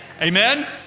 Amen